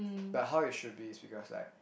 but how it should be is because like